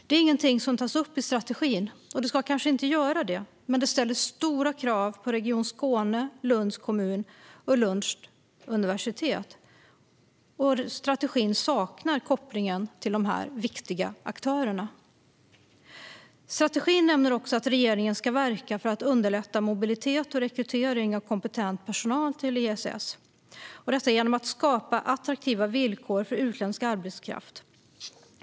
Det är ingenting som tas upp i strategin och ska kanske inte göra det, men det ställer stora krav på Region Skåne, Lunds kommun och Lunds universitet. Strategin saknar kopplingen till dessa viktiga aktörer. Strategin nämner att regeringen ska verka för att underlätta mobilitet och rekrytering av kompetent personal till ESS, detta genom att skapa attraktiva villkor för utländsk arbetskraft.